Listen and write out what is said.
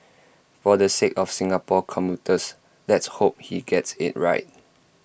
for the sake of Singapore's commuters let's hope he gets IT right